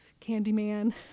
Candyman